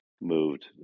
moved